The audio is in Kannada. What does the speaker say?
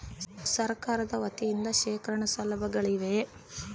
ಸರಕಾರದ ವತಿಯಿಂದ ಶೇಖರಣ ಸೌಲಭ್ಯಗಳಿವೆಯೇ?